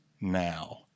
now